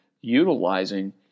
utilizing